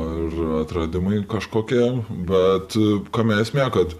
ir atradimai kažkokie bet kame esmė